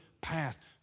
path